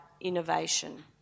innovation